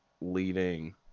leading